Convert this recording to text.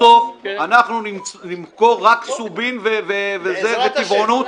-- ואז בסוף בסוף אנחנו נמכור רק סובין וטבעונות -- בעזרת השם.